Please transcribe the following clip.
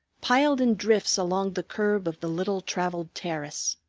piled in drifts along the curb of the little-traveled terrace.